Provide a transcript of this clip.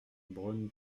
braun